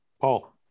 Paul